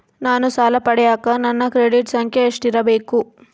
ನಾನು ಸಾಲ ಪಡಿಯಕ ನನ್ನ ಕ್ರೆಡಿಟ್ ಸಂಖ್ಯೆ ಎಷ್ಟಿರಬೇಕು?